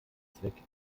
zweck